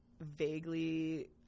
vaguely